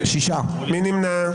מי נמנע?